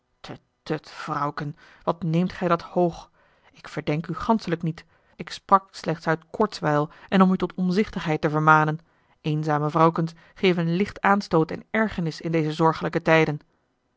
tut vrouwken wat neemt gij dat hoog ik verdenk u ganschelijk niet ik sprak slechts uit kortswijl en om u tot omzichtigheid te vermanen eenzame vrouwkens geven licht aanstoot en ergernis in deze zorgelijke tijden